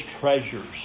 treasures